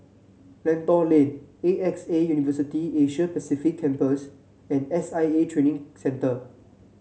Lentor Lane A X A University Asia Pacific Campus and S I A Training Center